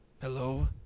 Hello